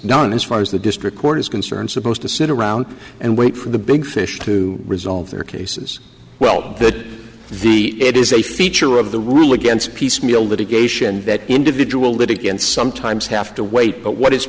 is as far as the district court is concerned supposed to sit around and wait for the big fish to resolve their cases well the it is a feature of the rule against piecemeal litigation that individual litigants sometimes have to wait but what is